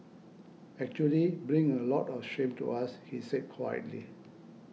actually bring a lot of shame to us he said quietly